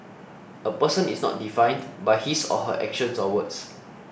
a person is not defined by his or her actions or words